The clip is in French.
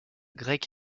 grec